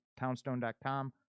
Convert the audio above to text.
Townstone.com